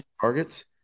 targets